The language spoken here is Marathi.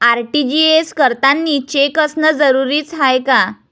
आर.टी.जी.एस करतांनी चेक असनं जरुरीच हाय का?